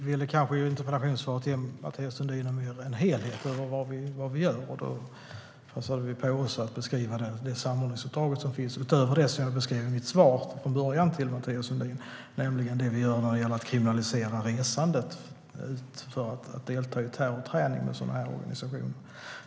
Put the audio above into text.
Herr talman! Interpellationssvaret till Mathias Sundin inrymmer en hel del av vad vi gör. Då passade vi på att också beskriva det samordningsuppdrag som finns utöver det som jag beskrev i mitt svar från början till Mathias Sundin, nämligen det vi gör när det gäller att kriminalisera resandet för att delta i terrorträning med sådana här organisationer.